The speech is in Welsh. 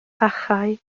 achau